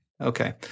Okay